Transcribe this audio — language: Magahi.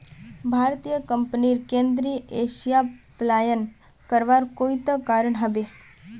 भारतीय कंपनीक केंद्रीय एशिया पलायन करवार कोई त कारण ह बे